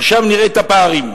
עכשיו נראה את הפערים: